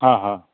हा हा